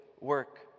work